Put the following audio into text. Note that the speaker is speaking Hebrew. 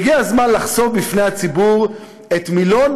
והגיע הזמן לחשוף בפני הציבור את מילון